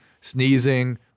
sneezing